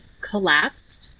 collapsed